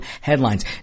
headlines